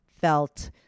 felt